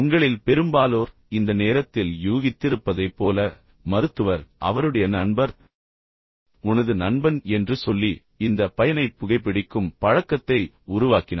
உங்களில் பெரும்பாலோர் இந்த நேரத்தில் யூகித்திருப்பதைப் போல மருத்துவர் அவருடைய நண்பர் உனது நண்பன் என்று சொல்லி இந்த பையனை புகைபிடிக்கும் பழக்கத்தை உருவாக்கினார்